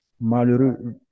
Malheureux